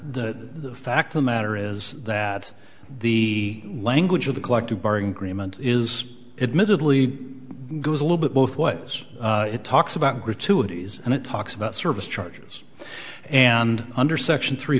the fact the matter is that the language of the collective bargaining agreement is admittedly goes a little bit both what's it talks about gratuities and it talks about service charges and under section three